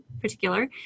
particular